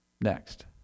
next